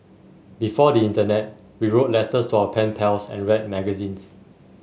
before the internet we wrote letters to our pen pals and read magazines